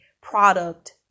product